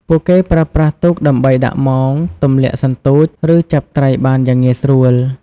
ពួកគេប្រើប្រាស់ទូកដើម្បីដាក់មង ទម្លាក់សន្ទូច ឬចាប់ត្រីបានយ៉ាងងាយស្រួល។